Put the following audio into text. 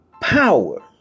Power